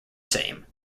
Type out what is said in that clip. same